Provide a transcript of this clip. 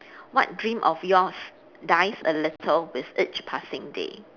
what dream of yours dies a little with each passing day